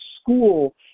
school